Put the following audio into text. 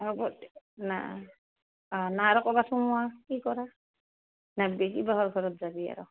হ'ব না অঁ না আৰু ক'ৰবাত সোমোৱা কি কৰা না ঘৰত যাবি আৰু